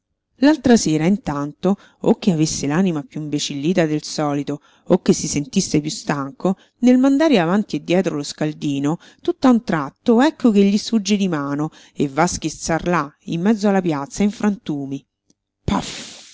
l'altra sera intanto o che avesse l'anima piú imbecillita del solito o che si sentisse piú stanco nel mandare avanti e dietro lo scaldino tutt'a un tratto ecco che gli sfugge di mano e va a schizzar là in mezzo alla piazza in frantumi